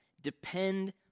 Depend